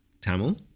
Tamil